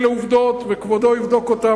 אלה עובדות, וכבודו יבדוק אותן.